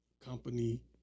company